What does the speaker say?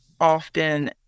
often